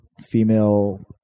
female